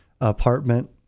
apartment